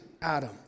Adam